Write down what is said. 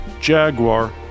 Jaguar